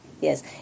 Yes